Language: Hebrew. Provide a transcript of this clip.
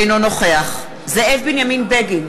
אינו נוכח זאב בנימין בגין,